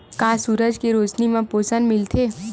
का सूरज के रोशनी म पोषण मिलथे?